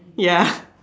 ya